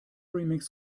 remix